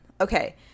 okay